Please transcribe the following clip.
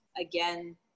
again